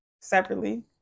Separately